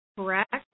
correct